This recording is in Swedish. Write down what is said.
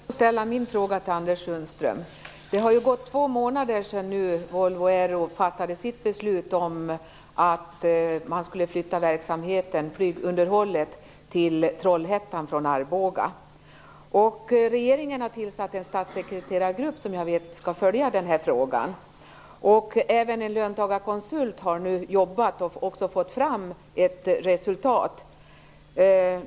Fru talman! Jag vill också ställa en fråga till Anders Sundström. Det har gått två månader sedan Volvo Aero fattade sitt beslut att flytta verksamheten till Trollhättan från Arboga.Regeringen har tillsatt en statssekreterargrupp som jag vet skall följa den här frågan. Även en löntagarkonsult har jobbat med det här och också kommit fram till ett resultat.